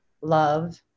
love